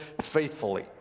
faithfully